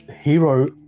hero